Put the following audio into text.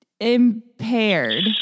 impaired